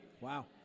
Wow